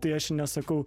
tai aš nesakau